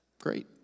great